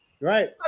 Right